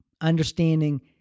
understanding